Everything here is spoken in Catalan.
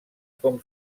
com